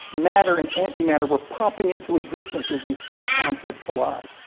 matter and anti-matter were popping into existence as these photons would collide.